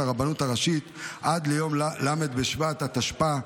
הרבנות הראשית עד ליום ל' בשבט התשפ"ה,